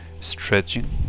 stretching